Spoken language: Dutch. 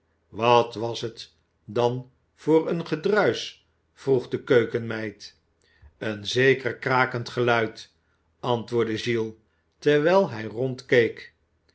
wat was het dan voor een gedruisch vroeg de keukenmeid een zeker krakend geluid antwoordde giles terwijl hij